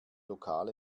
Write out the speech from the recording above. lokal